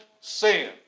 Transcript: sin